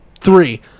three